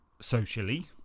socially